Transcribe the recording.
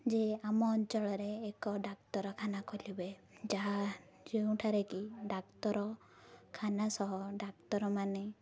ଯେ ଆମ ଅଞ୍ଚଳରେ ଏକ ଡାକ୍ତରଖାନା ଖୋଲିବେ ଯାହା ଯେଉଁଠାରେ କି ଡାକ୍ତରଖାନା ସହ ଡାକ୍ତରମାନେ